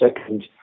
second